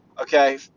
Okay